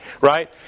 right